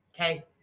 Okay